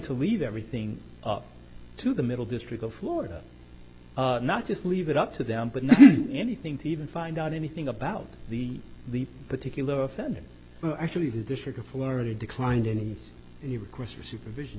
to leave everything to the middle district of florida not just leave it up to them but not anything to even find out anything about the particular offender well actually the district of florida declined any requests for supervision